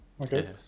Okay